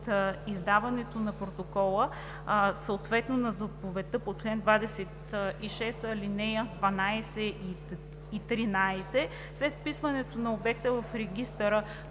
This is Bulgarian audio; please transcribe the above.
издаването на протокола, съответно на заповедта по чл. 26, ал. 12 и 13. След вписване на обекта в регистъра